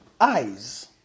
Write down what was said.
eyes